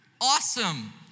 Awesome